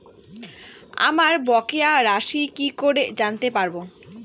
আমার বকেয়া রাশি কি করে জানতে পারবো?